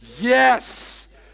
Yes